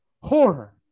Horror